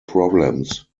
problems